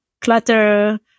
clutter